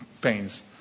pains